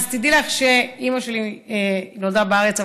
אז תדעי לך שאימא שלי נולדה בארץ,